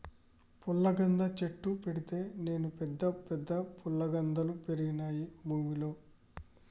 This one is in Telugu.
పుల్లగంద చెట్టు పెడితే నేను పెద్ద పెద్ద ఫుల్లగందల్ పెరిగినాయి భూమిలో